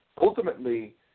Ultimately